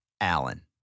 Allen